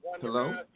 Hello